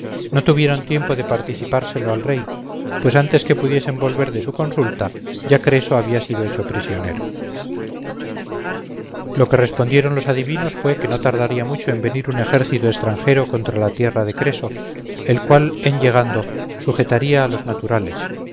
no tuvieron tiempo de participárselo al rey pues antes que pudiesen volver de su consulta ya creso había sido hecho prisionero lo que respondieron los adivinos fue que no tardaría mucho en venir un ejército extranjero contra la tierra de creso el cual en llegando sujetaría a los naturales